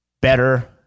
better